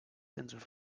tendres